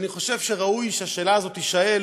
ואני חושב שראוי שהשאלה הזאת תישאל